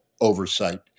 oversight